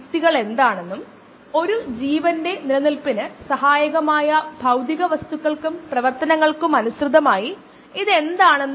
ഇതിന് രണ്ട് പ്രധാന വശങ്ങളുണ്ടെന്ന് നമ്മൾ പറഞ്ഞു ബയോ റിയാക്ടർ വശം അല്ലെങ്കിൽ അപ്സ്ട്രീം വശം ഡൌൺസ്സ്ട്രീം പ്രോസസ്സിംഗ് വശങ്ങൾ